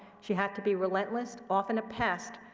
she had to be relentless, often a pest,